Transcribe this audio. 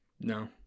No